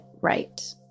right